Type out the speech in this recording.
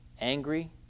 angry